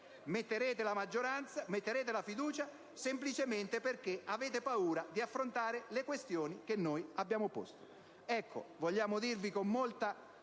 Metterete la fiducia semplicemente perché avete paura di affrontare le questioni che noi abbiamo posto.